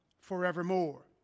forevermore